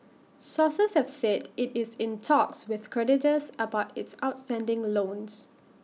sources have said IT is in talks with creditors about its outstanding loans